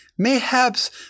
mayhaps